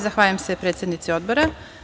Zahvaljujem se predsednici Odbora.